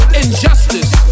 injustice